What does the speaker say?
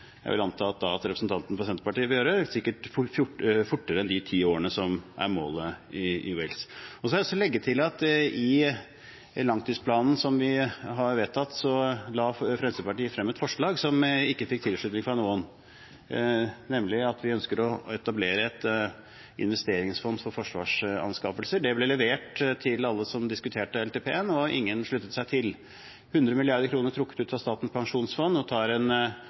jeg vil anta at representanten fra Senterpartiet vil gjøre, sikkert fortere enn de ti årene som er målet på møtet i Wales. Så har jeg lyst til å legge til at i forbindelse med den langtidsplanen som vi har vedtatt, la Fremskrittspartiet frem et forslag, som ikke fikk tilslutning fra noen, om at vi ønsker å etablere et investeringsfond for forsvarsmateriellanskaffelser. Det ble levert til alle som diskuterte LTP-en, og ingen sluttet seg til. 100 mrd. kr trukket ut fra Statens pensjonsfond – tar man en